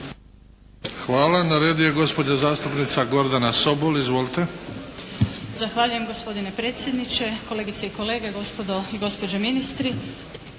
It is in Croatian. Hvala. Na redu je gospođa zastupnica Gordana Sobol. Izvolite! **Sobol, Gordana (SDP)** Zahvaljujem gospodine predsjedniče, kolegice i kolege, gospodo i gospođe ministri.